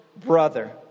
brother